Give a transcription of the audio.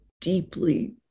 deeply